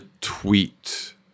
tweet